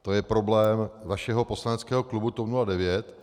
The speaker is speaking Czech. To je problém vašeho poslaneckého klubu TOP 09.